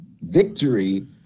victory